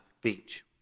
beach